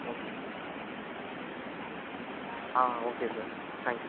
ஓகேங்க ஆ okay sir thank you sir